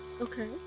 Okay